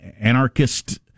anarchist